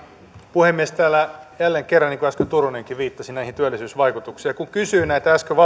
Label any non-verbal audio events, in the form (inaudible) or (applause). puhemies täällä jälleen kerran niin kuin äsken turunenkin viittasi näihin työllisyysvaikutuksiin kun kysyin äsken (unintelligible)